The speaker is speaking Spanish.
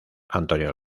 antonio